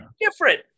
different